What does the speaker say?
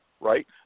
right